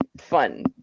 fun